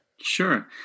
Sure